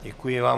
Děkuji vám.